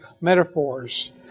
metaphors